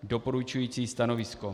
Doporučující stanovisko.